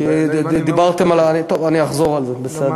כי דיברתם על, טוב, אני אחזור על זה, בסדר.